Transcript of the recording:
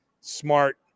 Smart